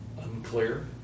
unclear